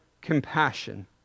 compassion